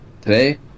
Today